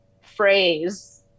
phrase